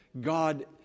God